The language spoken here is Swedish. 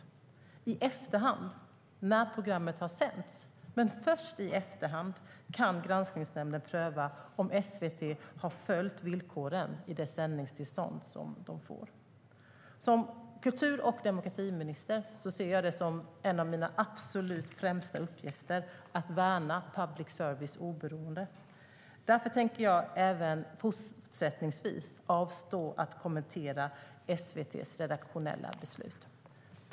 Först i efterhand, när programmet har sänts, kan Granskningsnämnden pröva om SVT har följt villkoren i sändningstillståndet. Som kultur och demokratiminister ser jag det som en av mina absolut främsta uppgifter att värna public service oberoende. Därför tänker jag även fortsättningsvis avstå från att kommentera SVT:s redaktionella beslut.